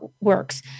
works